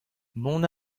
mont